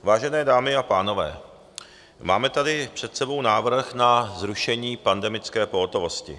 Vážené dámy a pánové, máme tady před sebou návrh na zrušení pandemické pohotovosti.